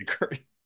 agree